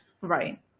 Right